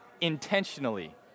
intentionally